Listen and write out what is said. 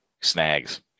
Snags